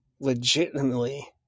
legitimately